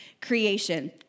creation